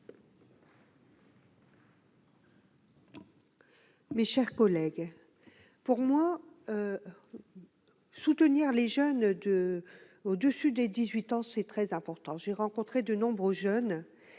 Mes chers collègues, pour moi, soutenir les jeunes de au-dessus des 18 ans, c'est très important, j'ai rencontré de nombreux jeunes